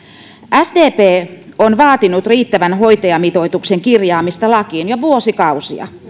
sdp on vaatinut riittävän hoitajamitoituksen kirjaamista lakiin jo vuosikausia